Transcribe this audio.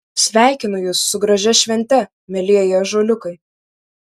sveikinu jus su gražia švente mielieji ąžuoliukai